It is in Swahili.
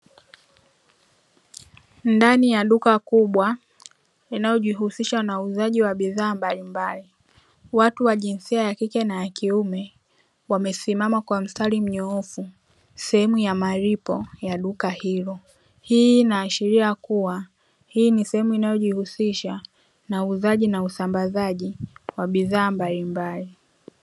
Ndani ya duka kubwa linalojihusisha na uuzaji wa bidhaa mbalimbali, watu wa jinsia ya kike na ya kiume wamesimama kwa mstari mnyoofu sehemu ya malipo ya duka hilo, hii inaashiria kuwa hii ni sehemu inayojihusisha na uuzaji na usambazaji wa bidhaa mbalimbali.